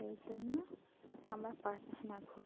এই জন্য আমরা পারছি না ঘুরতে